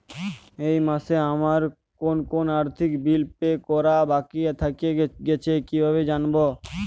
এই মাসে আমার কোন কোন আর্থিক বিল পে করা বাকী থেকে গেছে কীভাবে জানব?